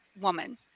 woman